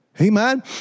Amen